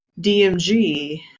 DMG